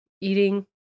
eating